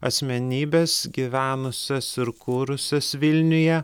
asmenybes gyvenusias ir kūrusias vilniuje